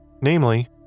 namely